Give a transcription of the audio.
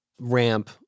ramp